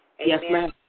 Amen